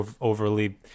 overly